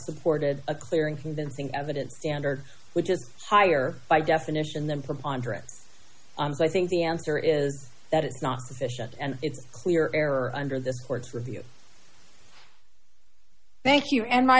supported a clear and convincing evidence standard which is higher by definition then preponderance i'm so i think the answer is that it's not sufficient and it's clear error under the sports review thank you and my